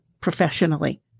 professionally